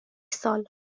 سال